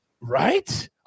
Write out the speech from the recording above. Right